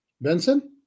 Benson